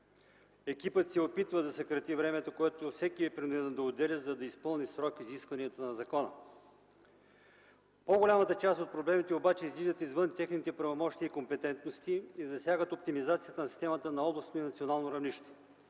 Екипът се опитва да съкрати времето, което всеки е принуден да отделя, за да изпълни в срок изискванията на закона. По-голямата част от проблемите обаче излизат извън техните правомощия и компетентности и засягат оптимизацията на системата на областно и национално равнище.